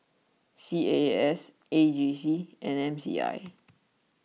C A A S A G C and M C I